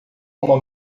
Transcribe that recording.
uma